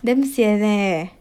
damn sian eh